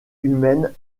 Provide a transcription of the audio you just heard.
humaine